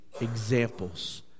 examples